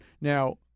Now